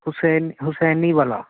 Hussain Hussainiwala